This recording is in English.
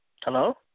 Hello